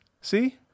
See